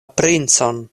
princon